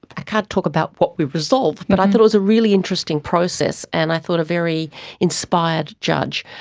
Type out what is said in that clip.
i can't talk about what we resolved but i thought it was a really interesting process and i thought a very inspired judge,